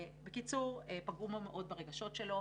בקיצור, פגעו בו מאוד, ברגשות שלו.